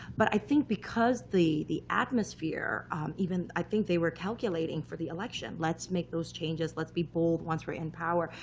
but i think because the the atmosphere even, i think, they were calculating for the election, let's make those changes. let's be bold once we're in power.